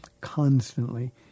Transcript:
constantly